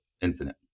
infinite